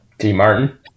T-Martin